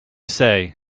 say